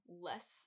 less